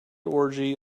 orgy